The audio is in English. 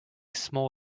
small